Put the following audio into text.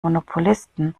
monopolisten